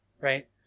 right